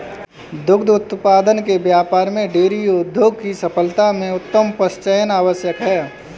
दुग्ध उत्पादन के व्यापार में डेयरी उद्योग की सफलता में उत्तम पशुचयन आवश्यक है